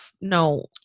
No